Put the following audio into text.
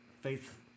Faith